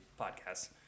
podcasts